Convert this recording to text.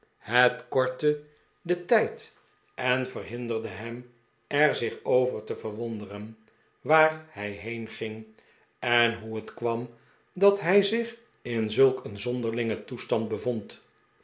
het kortte den tijd in het vreemde huis en verbinderde hem er zich over te verwonderen waar hij heen ging en hoe het kwam dat hij zich in zulk een zonderlingen toestand bevond